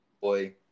boy